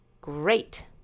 great